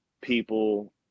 people